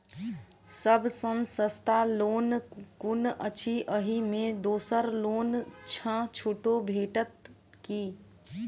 सब सँ सस्ता लोन कुन अछि अहि मे दोसर लोन सँ छुटो भेटत की?